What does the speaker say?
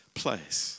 place